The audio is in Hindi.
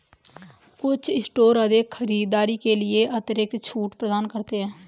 कुछ स्टोर अधिक खरीदारी के लिए अतिरिक्त छूट प्रदान करते हैं